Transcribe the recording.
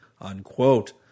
Unquote